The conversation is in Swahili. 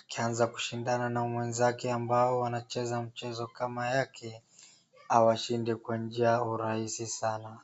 akianza kushindana na mwenzake ambao wanacheza na mchezo kama yake, awashinde kwa njia rahisi sana.